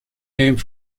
named